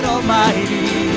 Almighty